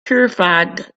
purified